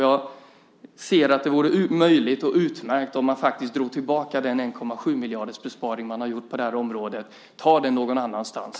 Jag anser att det skulle vara både möjligt och utmärkt att faktiskt dra tillbaka den 1,7-miljardersbesparing som gjorts på det här området. Ta de pengarna någon annanstans!